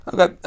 Okay